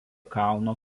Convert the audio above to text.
kalno